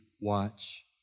watch